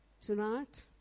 tonight